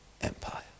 Empire